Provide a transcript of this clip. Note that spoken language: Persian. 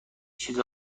چیز